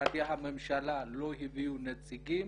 משרדי הממשלה לא הביאו נציגים?